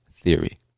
theory